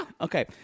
Okay